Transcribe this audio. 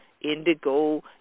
indigo